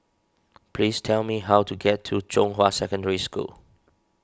please tell me how to get to Zhonghua Secondary School